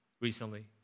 recently